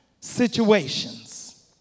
situations